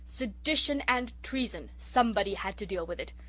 sedition and treason somebody had to deal with it.